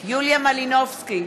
יוליה מלינובסקי,